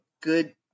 good